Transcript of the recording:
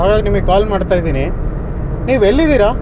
ಹಾಗಾಗಿ ನಿಮಗೆ ಕಾಲ್ ಮಾಡ್ತಾ ಇದ್ದೀನಿ ನೀವು ಎಲ್ಲಿದ್ದೀರಾ